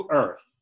earth